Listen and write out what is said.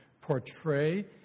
portray